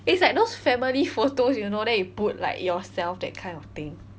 it's like those family photos you know then you put like yourself that kind of thing